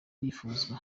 reka